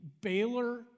Baylor